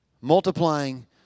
Multiplying